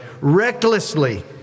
recklessly